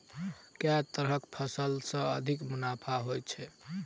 केँ तरहक फसल सऽ अधिक मुनाफा होइ छै?